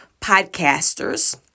podcasters